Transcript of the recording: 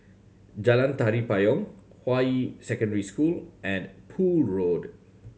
Jalan Tari Payong Hua Yi Secondary School and Poole Road